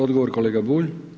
Odgovor, kolega Bulj.